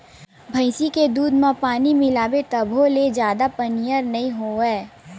भइसी के दूद म पानी मिलाबे तभो ले जादा पनियर नइ होवय